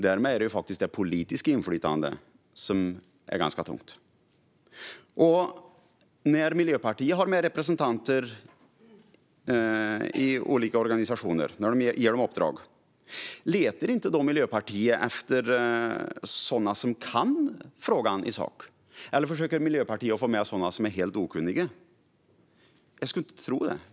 Därmed är det faktiskt det politiska inflytandet som är ganska tungt. När Miljöpartiet har med representanter i olika organisationer och ger dem olika uppdrag, letar man då inte efter sådana som kan frågorna i sak? Eller försöker Miljöpartiet få med sådana som är helt okunniga? Jag skulle inte tro det.